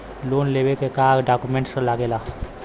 Loan लेवे के का डॉक्यूमेंट लागेला?